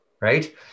right